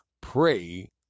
pray